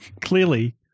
Clearly